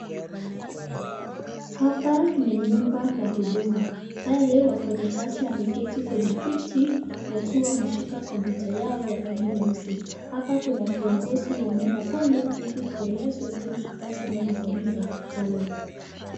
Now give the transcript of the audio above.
Hapa ni nyumba la huduma. Pale wafanyikazi wameketi kwenye viti wakiwa wameshika kompyuta yao ya rangi nyeusi. Hapa kuna viongozi wameenda pale, ili kuelezwa jinsi kazi inavyofanyika pale.